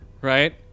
Right